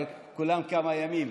אבל כולן כמה ימים,